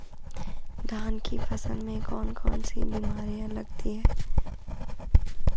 धान की फसल में कौन कौन सी बीमारियां लगती हैं?